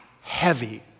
heavy